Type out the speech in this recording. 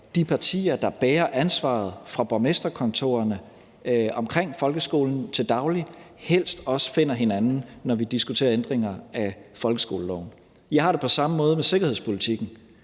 de partier, der bærer ansvaret fra borgmesterkontorerne omkring folkeskolen, til daglig helst også finder hinanden, når vi diskuterer ændringer af folkeskoleloven. Jeg har det samme måde med sikkerhedspolitikken.